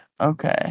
okay